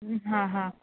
હા હા